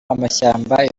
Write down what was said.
amashyamba